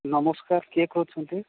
ନମସ୍କାର କିଏ କହୁଛନ୍ତି